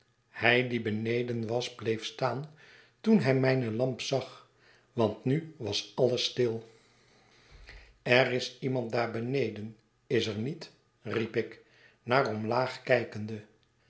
hij die beneden was bleef staan toen hij mijne lamp zag want nu was alles stil er is iemand daar beneden is er niet riep ik naar omlaag kijkende